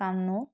Kannur